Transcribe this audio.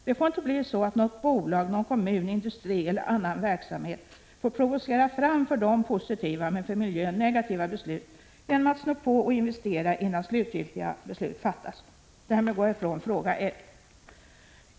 Det får inte bli så att något bolag, någon kommun, industri eller annan verksamhet får provocera fram för de egna intressena positiva men för miljön negativa beslut genom att sno på och investera innan slutgiltiga beslut fattats. Därmed går jag ifrån fråga 1.